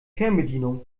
fernbedienung